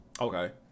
Okay